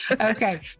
Okay